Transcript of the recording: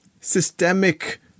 systemic